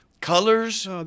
Colors